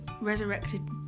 resurrected